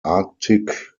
arctic